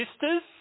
sisters